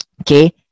okay